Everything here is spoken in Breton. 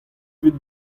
evit